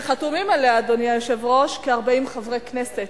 שחתומים עליה, אדוני היושב ראש, כ-40 חברי כנסת.